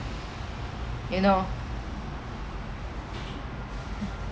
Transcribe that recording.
you know